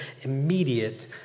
immediate